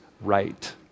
right